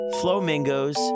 Flamingos